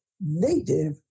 Native